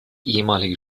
ehemalige